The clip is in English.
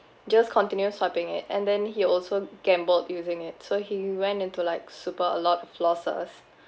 just continue swiping it and then he also gambled using it so he went into like super a lot of losses